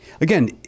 again